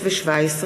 דב חנין וחנא סוייד,